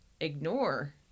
ignore